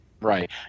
Right